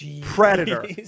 Predator